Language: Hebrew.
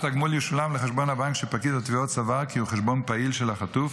התגמול ישולם לחשבון הבנק שפקיד התביעות סבר כי הוא חשבון פעיל של החטוף